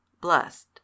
Blessed